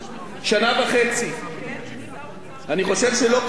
אני חושב שלא קראתי לו קריאת ביניים אחת,